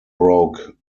broke